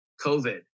COVID